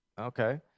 Okay